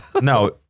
No